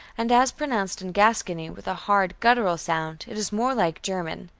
and as pronounced in gascony with a hard guttural sound it is more like german.